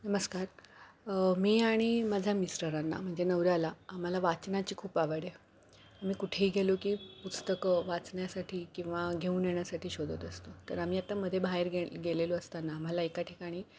नमस्कार मी आणि माझ्या मिस्टरांना म्हणजे नवऱ्याला आम्हाला वाचनाची खूप आवड आहे आम्ही कुठेही गेलो की पुस्तकं वाचण्यासाठी किंवा घेऊन येण्यासाठी शोधत असतो तर आम्ही आता मध्ये बाहेर गेल गेलेलो असताना आम्हाला एका ठिकाणी